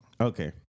Okay